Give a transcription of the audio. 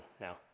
now